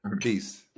Peace